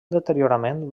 deteriorament